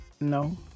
No